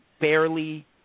barely